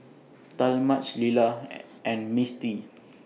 Talmadge Lilah and Misti